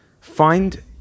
find